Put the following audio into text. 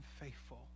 faithful